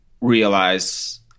realize